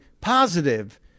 positive